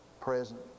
present